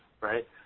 right